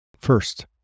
First